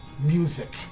music